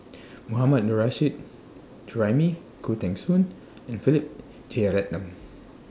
Mohammad Nurrasyid Juraimi Khoo Teng Soon and Philip Jeyaretnam